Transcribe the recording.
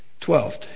Twelfth